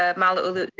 ah malauulu,